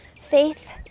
Faith